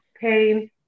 Pain